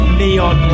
neon